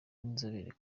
n’inzobere